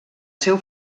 seu